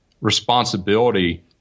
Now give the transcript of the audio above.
responsibility